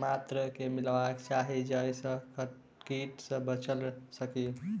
मात्रा मे मिलायबाक चाहि जाहि सँ कीट सँ बचि सकी?